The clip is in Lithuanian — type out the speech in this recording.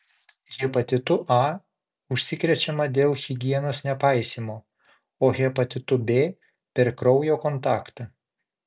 hepatitu a užsikrečiama dėl higienos nepaisymo o hepatitu b per kraujo kontaktą